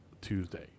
tuesday